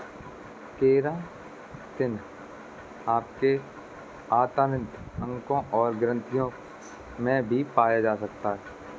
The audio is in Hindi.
केरातिन आपके आंतरिक अंगों और ग्रंथियों में भी पाया जा सकता है